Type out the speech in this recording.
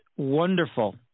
Wonderful